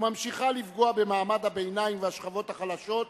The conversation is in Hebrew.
וממשיכה לפגוע במעמד הביניים ובשכבות החלשות,